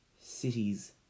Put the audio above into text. cities